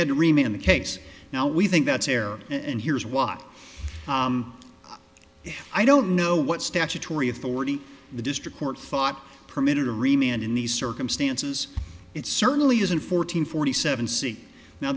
had to remain on the case now we think that's fair and here's what i don't know what statutory authority the district court thought permitted to remain in these circumstances it certainly isn't fourteen forty seven see now